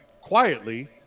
quietly